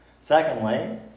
Secondly